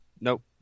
Nope